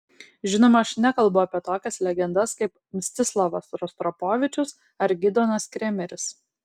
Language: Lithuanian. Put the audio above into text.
žinoma aš nekalbu apie tokias legendas kaip mstislavas rostropovičius ar gidonas kremeris